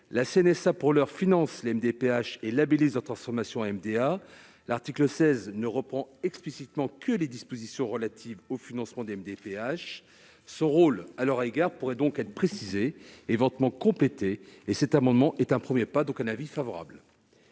La CNSA, pour l'heure, finance les MDPH et labellise leur transformation en MDA. L'article 16 ne reprend explicitement que les dispositions relatives au financement des MDPH. Son rôle à leur égard pourrait donc être précisé et, éventuellement, complété. Cet amendement constitue un premier pas. Nous y sommes donc favorables.